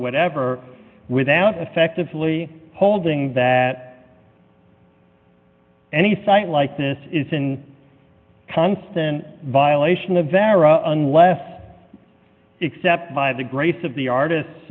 whatever without effectively holding that any site like this is in constant violation of error unless except by the grace of the artists